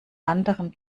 anderen